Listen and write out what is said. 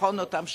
לבחון אותם שוב,